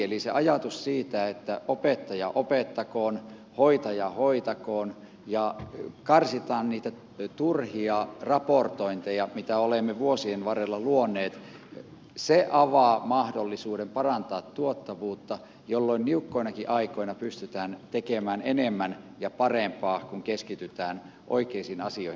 eli se ajatus siitä että opettaja opettakoon hoitaja hoitakoon ja karsitaan niitä turhia raportointeja mitä olemme vuosien varrelle luoneet avaa mahdollisuuden parantaa tuottavuutta jolloin niukkoinakin aikoina pystytään tekemään enemmän ja parempaa kun keskitytään oikeisiin asioihin